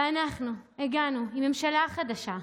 ואז הגענו, ממשלה חדשה,